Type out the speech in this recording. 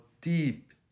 deep